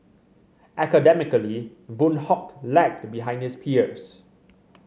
academically Boon Hock lagged behind his peers